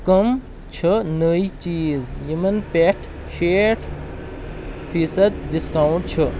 کَم چھِ نٔے چیٖز یِمَن پٮ۪ٹھ شیٹھ فیٖصد ڈِسکاوُنٛٹ چھُ